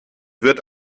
wird